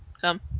Come